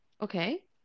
Okay